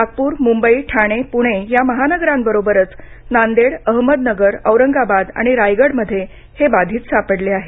नागपूर मुंबई ठाणे पुणे या महानगरांबरोबरच नांदेड अहमदनगर औरंगाबाद आणि रायगडमध्ये हे बाधित सापडले आहेत